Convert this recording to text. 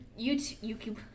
YouTube